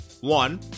One